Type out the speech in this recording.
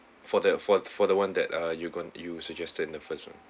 for the for for the one that ah you go~ you suggested in the first